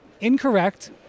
incorrect